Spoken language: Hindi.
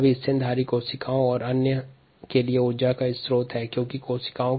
स्तनधारी कोशिकाओं में ग्लूटामाइन कभी कभी ऊर्जा स्रोत की तरह कार्य करता है